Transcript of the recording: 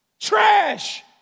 Trash